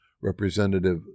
Representative